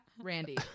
randy